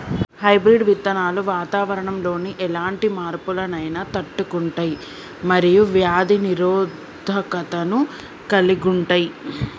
hybrid విత్తనాలు వాతావరణంలోని ఎలాంటి మార్పులనైనా తట్టుకుంటయ్ మరియు వ్యాధి నిరోధకతను కలిగుంటయ్